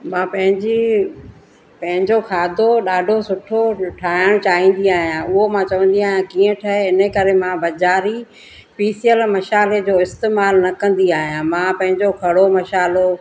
मां पंहिंजी पंहिंजो खाधो ॾाढो सुठो ठाहिणु चाहींदी आहियां उहो मां चवंदी आहियां कीअं ठहे हिन करे मां बज़ारी पीसयलु मसाल्हे जो इस्तेमालु न कंदी आहियां मां पंहिंजो खड़ो मसाल्हो